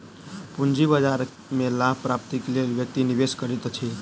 पूंजी बाजार में लाभ प्राप्तिक लेल व्यक्ति निवेश करैत अछि